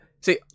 see